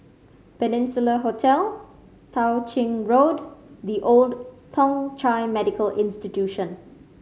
Peninsula Hotel Tao Ching Road The Old Thong Chai Medical Institution